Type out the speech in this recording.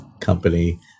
company